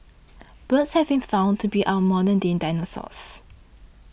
birds have been found to be our modern day dinosaurs